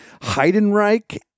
Heidenreich